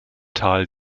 tal